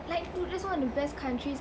like dude that's one of the best countries